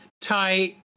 tight